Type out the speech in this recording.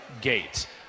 gate